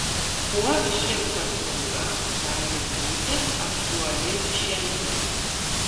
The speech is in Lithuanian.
kuo ši paslauga gali būti aktuali šiandien